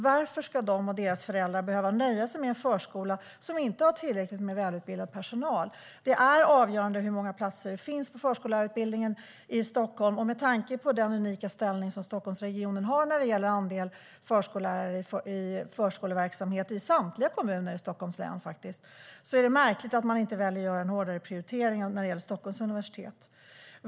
Varför ska de och deras föräldrar behöva nöja sig med en förskola som inte har tillräckligt med välutbildad personal? Det är avgörande hur många platser det finns på förskollärarutbildningen i Stockholm. Med tanke på den unika ställning som Stockholmsregionen har när det gäller andel förskollärare i förskoleverksamhet i samtliga kommuner i Stockholms län är det märkligt att man inte väljer att göra en hårdare prioritering när det gäller Stockholms universitet.